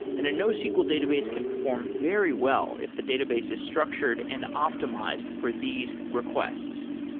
and a nosql database can perform very well if the database is structured and optimized for these requests.